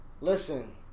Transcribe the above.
Listen